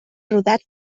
rodat